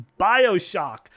Bioshock